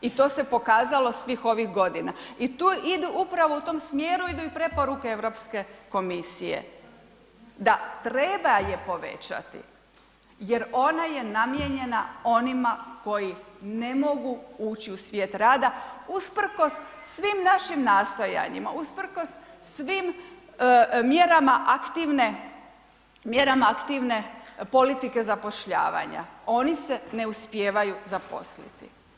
I to se pokazalo svih ovih godina i tu idu upravo u tom smjeru idu i preporuke Europske komisije, da treba je povećati jer ona je namijenjena onima koji ne mogu ući u svijet rada usprkos svim našim nastojanjima, usprkos svim mjerama aktivne politike zapošljavanja, oni se ne uspijevaju zaposliti.